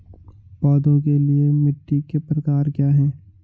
पौधों के लिए मिट्टी के प्रकार क्या हैं?